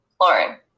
Lauren